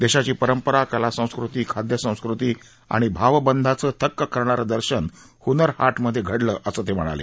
देशाची परंपरा कलासंस्कृती खादयसंस्कृती आणि भावबंधाचं थक्क करणारं दर्शन हुनरहाटमधे घडलं असं ते म्हणाले